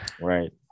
Right